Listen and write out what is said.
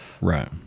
right